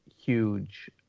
huge